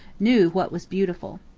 knew what was beautiful.